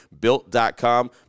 built.com